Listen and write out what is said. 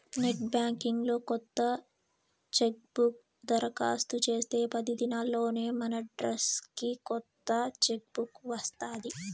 net banking లో కొత్త chequebook దరకాస్తు చేస్తే పది దినాల్లోనే మనడ్రస్కి కొత్త చెక్ బుక్ వస్తాది